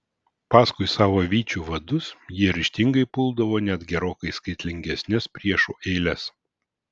paskui savo vyčių vadus jie ryžtingai puldavo net gerokai skaitlingesnes priešų eiles